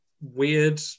weird